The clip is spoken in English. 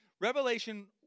Revelation